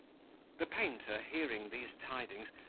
the painter, hearing these tidings,